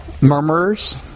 murmurers